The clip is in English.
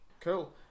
Cool